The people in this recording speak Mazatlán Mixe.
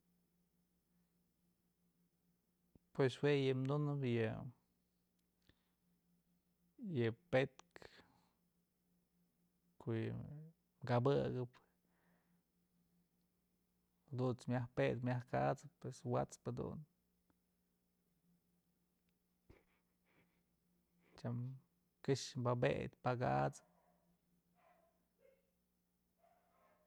Pues jue yëm dunëp yë yë pëtkë ko'o yë kabëkëp dunt's myaj pet myaj kat'sëp pues wat's jadun tyam këxë bapëd bakat'sëp.